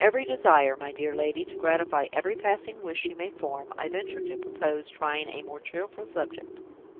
with every desire, my dear lady, to gratify every passing wish you may form, i venture to propose trying a more cheerful subject.